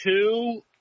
two